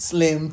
Slim